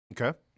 Okay